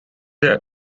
they